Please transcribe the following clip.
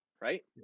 right